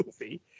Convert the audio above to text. movie